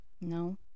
No